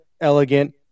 elegant